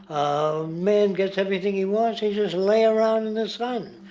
a man gets everything he wants, he's just lay around in the sun.